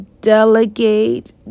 delegate